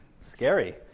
scary